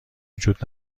وجود